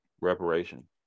Reparation